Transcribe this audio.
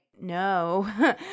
No